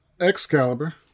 Excalibur